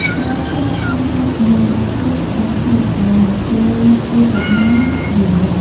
ព្រះឥន្ទ្រទ្រង់បានចាត់ នាងទេពរម្តាឱ្យមកជួយរាជកុមារ រាមលក្សណ៍។